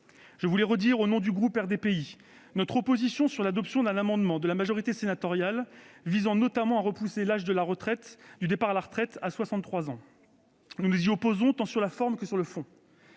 Je veux redire, au nom du groupe RDPI, notre opposition à l'amendement adopté par la majorité sénatoriale visant, notamment, à repousser l'âge de départ à la retraite à 63 ans. Nous nous y opposons tant sur la forme que sur le fond.